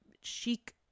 chic